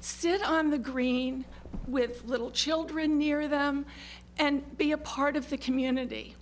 sit on the green with little children near them and be a part of the community